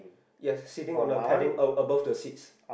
yes sitting on the padding a above the seats